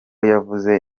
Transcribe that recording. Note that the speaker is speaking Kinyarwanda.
yavuze